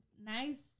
nice